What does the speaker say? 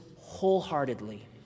wholeheartedly